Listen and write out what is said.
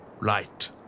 Right